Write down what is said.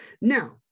Now